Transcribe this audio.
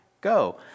go